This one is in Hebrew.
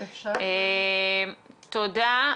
תודה.